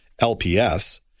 LPS